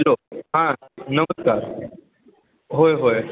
hello हां नमस्कार होय होय